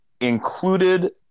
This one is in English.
included